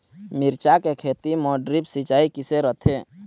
मिरचा के खेती म ड्रिप सिचाई किसे रथे?